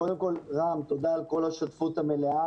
קודם כל, רם, תודה על כל השותפות המלאה.